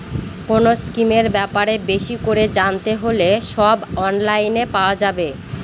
কোনো স্কিমের ব্যাপারে বেশি করে জানতে হলে সব অনলাইনে পাওয়া যাবে